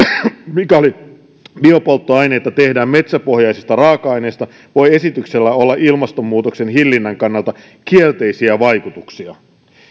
mikäli biopolttoaineita tehdään metsäpohjaisista raaka aineista voi esityksellä olla ilmastonmuutoksen hillinnän kannalta kielteisiä vaikutuksia